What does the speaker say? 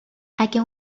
اگه